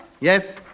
Yes